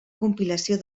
compilació